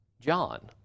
John